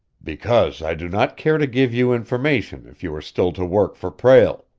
because i do not care to give you information if you are still to work for prale.